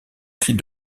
cris